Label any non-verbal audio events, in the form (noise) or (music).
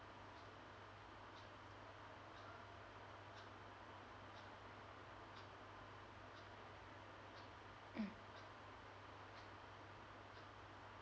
(coughs)